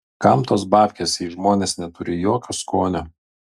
kam tos babkės jei žmonės neturi jokio skonio